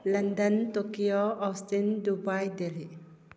London Tokyo Austin Dubai Delhi